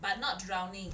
but not drowning